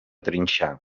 trinxar